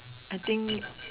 I think